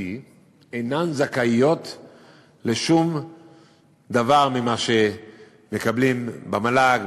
אינן זכאיות לשום דבר שמקבלים במל"ג,